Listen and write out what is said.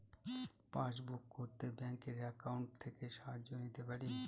Gas book করতে ব্যাংকের account থেকে সাহায্য নিতে পারি?